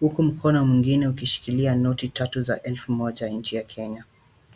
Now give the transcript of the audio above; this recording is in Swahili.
huku mkono mmoja unashikilia noti ya shilingi elfu tatu ya Kenya.